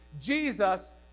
Jesus